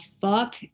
fuck